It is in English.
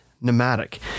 pneumatic